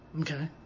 Okay